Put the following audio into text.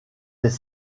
des